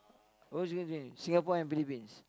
who's going to win Singapore and Philippines